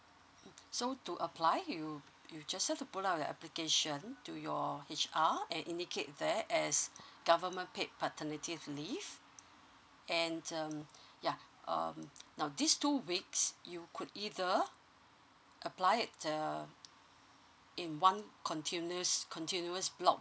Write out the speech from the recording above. so to apply you you just have to put up the application to your H_R and indicate there as government paid paternity leave and um yeah um now these two weeks you could either apply it um in one continuous continuous block